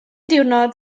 diwrnod